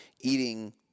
eating